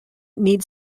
needs